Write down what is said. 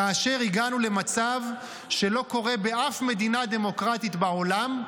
כאשר הגענו למצב שלא קורה באף מדינה דמוקרטית בעולם,